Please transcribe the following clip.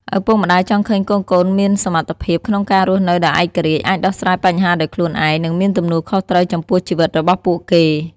ឪពុកម្ដាយចង់ឃើញកូនៗមានសមត្ថភាពក្នុងការរស់នៅដោយឯករាជ្យ អាចដោះស្រាយបញ្ហាដោយខ្លួនឯង និងមានទំនួលខុសត្រូវចំពោះជីវិតរបស់ពួកគេ។